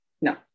no